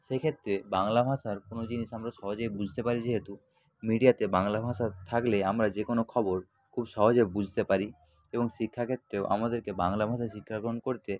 সেক্ষেত্রে বাংলা ভাষার কোনো জিনিস আমরা সহজেই বুঝতে পারি যেহেতু মিডিয়াতে বাংলা ভাষা থাকলে আমরা যে কোনো খবর খুব সহজে বুঝতে পারি এবং শিক্ষাক্ষেত্রেও আমাদেরকে বাংলা ভাষায় শিক্ষা গ্রহণ করতে